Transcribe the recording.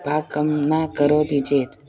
पाकं न करोति चेत्